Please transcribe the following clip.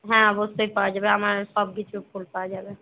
হ্যাঁ অবশ্যই পাওয়া যাবে আমার সব কিছু ফুল পাওয়া যাবে